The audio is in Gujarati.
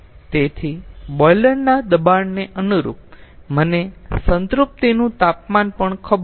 તેથી બોઇલર ના દબાણને અનુરૂપ મને સંતૃપ્તિનું તાપમાન પણ ખબર છે